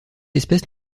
espèce